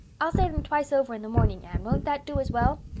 i'll say them twice over in the morning, anne. won't that do as well?